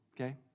okay